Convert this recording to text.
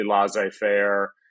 laissez-faire